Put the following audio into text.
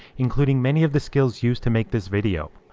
including many of the skills used to make this video.